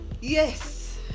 yes